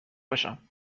باشم